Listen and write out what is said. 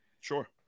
Sure